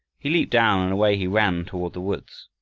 he leaped down, and away he ran toward the woods.